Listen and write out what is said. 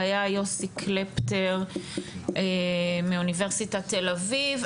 היה יוסי קלפטר מאוניברסיטת תל אביב.